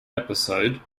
episode